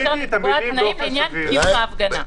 אפשר לקבוע תנאים לעניין קיום ההפגנה.